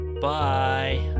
Bye